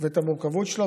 את המורכבות שלו,